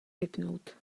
vypnout